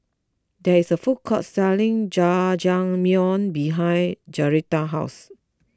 there is a food court selling Jajangmyeon behind Joretta's house